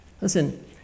Listen